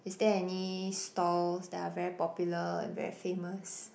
is there any stalls that are very popular and very famous